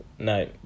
No